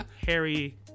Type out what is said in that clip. harry